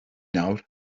nawr